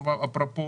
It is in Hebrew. אפרופו,